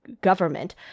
government